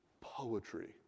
poetry